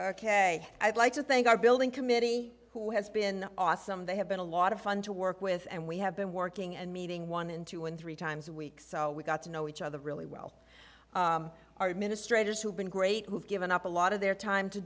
ok i'd like to thank our building committee who has been awesome they have been a lot of fun to work with and we have been working and meeting one and two and three times a week so we got to know each other really well our administrators who've been great who've given up a lot of their time to